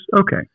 okay